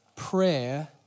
Prayer